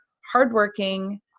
hardworking